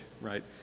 right